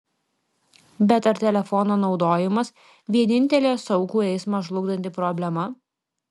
bet ar telefono naudojimas vienintelė saugų eismą žlugdanti problema